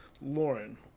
Lauren